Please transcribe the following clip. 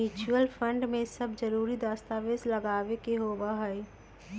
mutual fund में सब जरूरी दस्तावेज लगावे के होबा हई